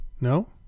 No